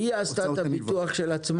היא עשתה את הביטוח של עצמה?